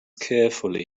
carefully